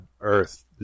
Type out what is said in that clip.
earth